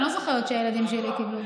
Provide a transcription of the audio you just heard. אני לא זוכרת שהילדים שלי קיבלו.